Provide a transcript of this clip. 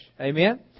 Amen